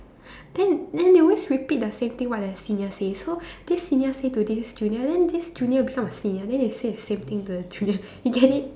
then then they always repeat the same thing what the seniors say so this senior say to this junior then this junior will become a senior then they say the same thing to the junior you get it